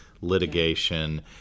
litigation